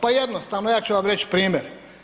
Pa jednostavno, ja ću vam reći primjer.